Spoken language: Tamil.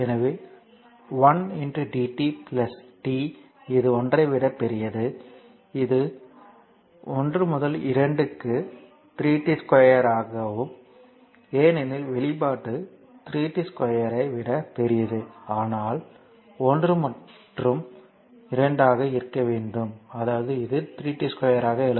எனவே 1 dt t இது ஒன்றை விட பெரியது இது 1 முதல் 2க்கு 3t2 dt ஆகும் ஏனெனில் வெளிப்பாடு 3t2 1 ஐ விட பெரியது ஆனால் 1 மற்றும் 2 ஆக இருக்க வேண்டும் அதாவது இது 3t2 dt